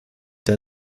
der